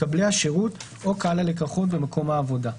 מקבלי השירות או קהל הלקוחות במקום העבודה.